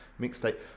mixtape